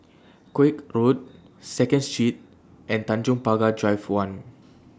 Koek Road Second Street and Tanjong Pagar Drive one